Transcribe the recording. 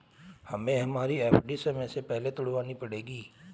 हमें हमारी एफ.डी समय से पहले ही तुड़वानी पड़ेगी